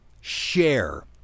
Share